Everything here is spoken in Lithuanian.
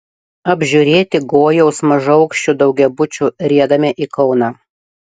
apžiūrėti gojaus mažaaukščių daugiabučių riedame į kauną